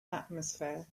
atmosphere